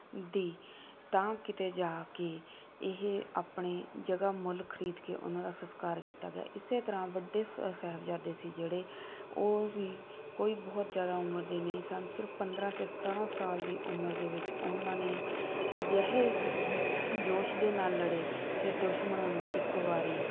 ਦੀ ਤਾਂ ਕਿਤੇ ਜਾ ਕੇ ਇਹ ਆਪਣੇ ਜਗ੍ਹਾ ਮੁੱਲ ਖਰੀਦ ਕੇ ਉਹਨਾਂ ਦਾ ਸਸਕਾਰ ਕੀਤਾ ਗਿਆ ਇਸੇ ਤਰ੍ਹਾਂ ਵੱਡੇ ਸ ਸਾਹਿਬਜ਼ਾਦੇ ਸੀ ਜਿਹੜੇ ਉਹ ਵੀ ਕੋਈ ਬਹੁਤ ਜ਼ਿਆਦਾ ਉਮਰ ਦੇ ਨਹੀਂ ਸਨ ਸਿਰਫ ਪੰਦਰਾਂ ਅਤੇ ਸਤਾਰਾਂ ਸਾਲ ਦੀ ਉਮਰ ਦੇ ਵਿੱਚ ਉਹਨਾਂ ਨੇ ਅਜਿਹੇ ਜੋਸ਼ ਦੇ ਨਾਲ ਲੜੇ ਕਿ ਦੁਸ਼ਮਣਾਂ ਨੂੰ ਇੱਕ ਵਾਰੀ